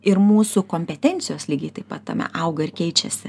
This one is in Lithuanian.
ir mūsų kompetencijos lygiai taip pat tame auga ir keičiasi